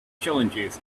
challenges